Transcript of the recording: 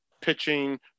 pitching